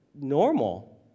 normal